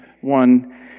one